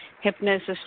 hypnosis